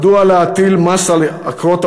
מדוע להטיל מס על עקרות-הבית?